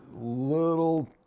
little